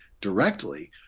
directly